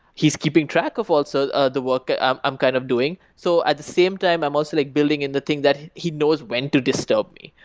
he's keeping track of also ah the work that i'm i'm kind of doing. so at the same time, i'm also like building in the thing that he knows when to disturb me,